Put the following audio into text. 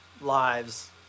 lives